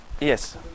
yes